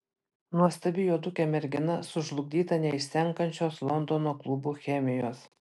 nuostabi juodukė mergina sužlugdyta neišsenkančios londono klubų chemijos